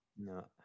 No